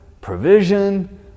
provision